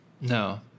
No